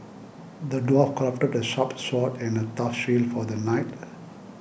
the dwarf crafted a sharp sword and a tough shield for the knight